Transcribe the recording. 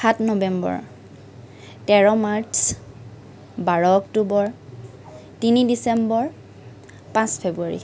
সাত নৱেম্বৰ তেৰ মাৰ্চ বাৰ অক্টোবৰ তিনি ডিচেম্বৰ পাঁচ ফেব্ৰুৱাৰী